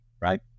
right